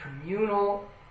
communal